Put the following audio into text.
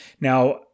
Now